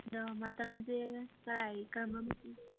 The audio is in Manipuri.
ꯑꯗꯣ ꯃꯇꯝꯁꯦ ꯀꯔꯥꯏ ꯀꯔꯝꯕ ꯃꯇꯝꯗ